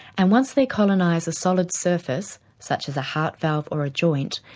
and once they colonise a solid surface, such as a heart valve or a joint,